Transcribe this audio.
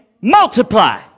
multiply